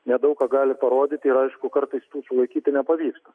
nedaug ką gali parodyti ir aišku kartais tų sulaikyti nepavyksta